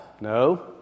No